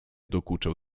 dokuczał